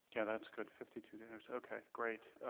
yeah, that's good fifty two days. okay, great.